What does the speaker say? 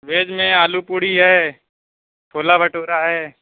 veg میں آلو پوڑی ہے چھولا بھٹورا ہے